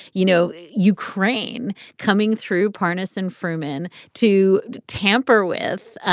you know, ukraine coming through partisan frumin to tamper with,